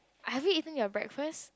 have you eaten your breakfast